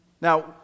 Now